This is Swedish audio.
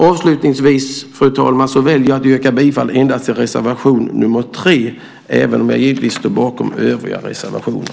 Avslutningsvis, fru talman, väljer jag att yrka bifall endast till reservation 3, men givetvis står jag bakom våra övriga reservationer.